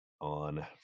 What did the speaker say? on